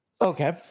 Okay